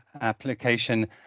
application